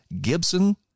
Gibson